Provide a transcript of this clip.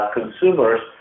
consumers